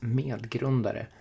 medgrundare